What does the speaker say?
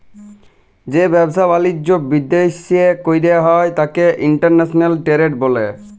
যে ব্যাবসা বালিজ্য বিদ্যাশে কইরা হ্যয় ত্যাকে ইন্টরন্যাশনাল টেরেড ব্যলে